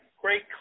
great